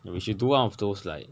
no we should do out of those like